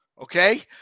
okay